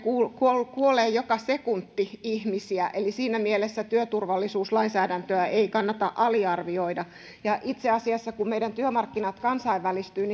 kuolee kuolee joka sekunti ihmisiä eli siinä mielessä työturvallisuuslainsäädäntöä ei kannata aliarvioida itse asiassa kun meidän työmarkkinat kansainvälistyvät